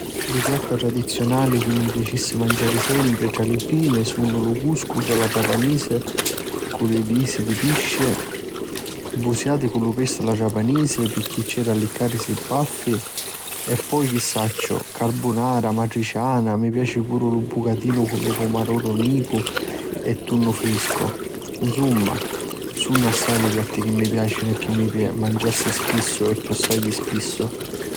Li piatti tradiziunali chi mi piacissi manciari sempri, tra li primi, sunnu lu cùscusu a la trapanisi cu lu sici di pisci, busati cu lu pestu a la trapinisi pirchì c'è d'alliccarisi li baffi e poi chi sacciu carbunara, matriciana. Mi piaci puru lu bucatinu cu lu pumaroru nicu e tunnu friscu. Nsumma sunnu assai li piatti chi mi piacinu e chi manciassi spissu e chiossai di spissu.